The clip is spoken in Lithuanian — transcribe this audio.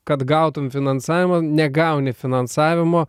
kad gautum finansavimą negauni finansavimo